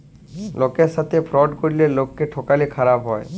লকের সাথে ফ্রড ক্যরলে লকক্যে ঠকালে খারাপ হ্যায়